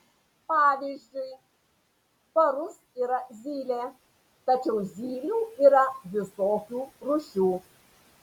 pavyzdžiui parus yra zylė tačiau zylių yra visokių rūšių